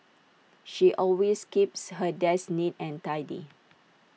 she always keeps her desk neat and tidy